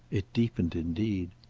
it deepened indeed.